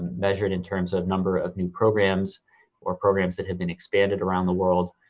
measured in terms of number of new programs or programs that have been expanded around the world.